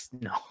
no